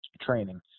training